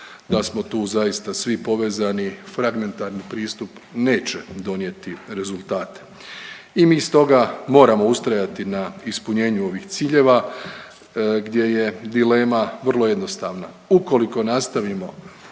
da smo tu zaista svi povezani fragmentarni pristup neće donijeti rezultate. I mi stoga moramo ustrajati na ispunjenju ovih ciljeva gdje je dilema vrlo jednostavna. Ukoliko nastavimo